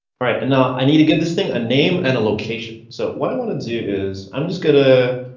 right and now i need to get this thing, a name and a location. so what i want to do is i'm just going to,